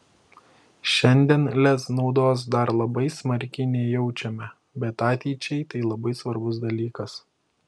šiandien lez naudos dar labai smarkiai nejaučiame bet ateičiai tai labai svarbus dalykas